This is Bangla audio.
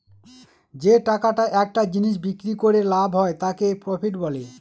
যে টাকাটা একটা জিনিস বিক্রি করে লাভ হয় তাকে প্রফিট বলে